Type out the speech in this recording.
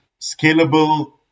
scalable